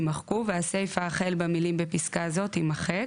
יימחקו, והסיפה החל במלים "בפסקה זו" תימחק,